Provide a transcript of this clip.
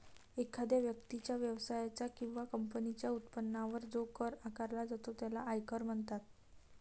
एखाद्या व्यक्तीच्या, व्यवसायाच्या किंवा कंपनीच्या उत्पन्नावर जो कर आकारला जातो त्याला आयकर म्हणतात